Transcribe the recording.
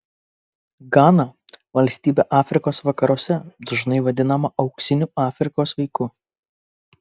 gana valstybė afrikos vakaruose dažnai vadinama auksiniu afrikos vaiku